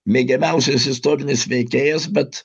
mėgiamiausias istorinis veikėjas bet